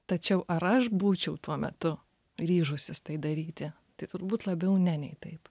tačiau ar aš būčiau tuo metu ryžusis tai daryti tai turbūt labiau ne nei taip